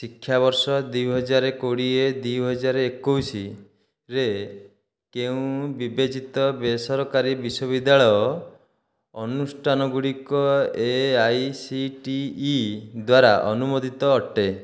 ଶିକ୍ଷାବର୍ଷ ଦୁଇହଜାର କୋଡ଼ିଏ ଦୁଇହଜାର ଏକୋଇଶରେ କେଉଁ ବିବେଚିତ ବେସରକାରୀ ବିଶ୍ୱବିଦ୍ୟାଳୟ ଅନୁଷ୍ଠାନ ଗୁଡ଼ିକ A I C T E ଦ୍ଵାରା ଅନୁମୋଦିତ ଅଟେ